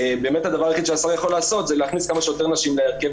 באמת הדבר היחיד שהשר יכול לעשות זה להכניס כמה שיותר נשים להרכב